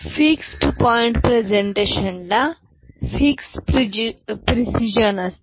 fixed point representation ला fix precision असते